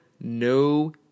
no